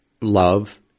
love